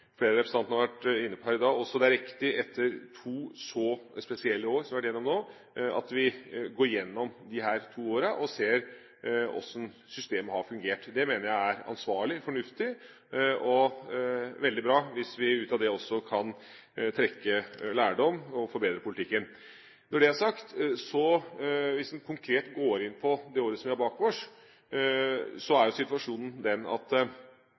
flere av representantene har vært inne på her i dag, at det også er riktig etter to så spesielle år som vi har vært gjennom nå, at vi går gjennom disse to årene og ser hvordan systemet har fungert. Jeg mener det er ansvarlig, fornuftig og veldig bra hvis vi ut av det også kan trekke lærdom og forbedre politikken. Når det er sagt: Hvis vi konkret går inn på det året vi har bak oss, er situasjonen den at